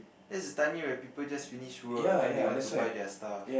that's the timing where people just finish work then they want to buy their stuff